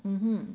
mmhmm